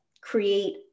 create